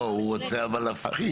אבל הוא רוצה להפחית.